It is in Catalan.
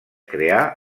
crear